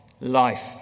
life